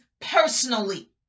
personally